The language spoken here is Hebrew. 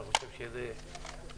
אני חושב שזה נכון.